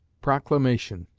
proclamation.